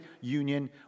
union